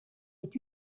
est